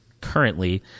currently